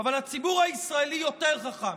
אבל הציבור הישראלי יותר חכם,